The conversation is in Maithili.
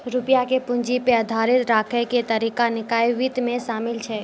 रुपया के पूंजी पे आधारित राखै के तरीका निकाय वित्त मे शामिल छै